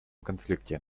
конфликте